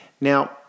Now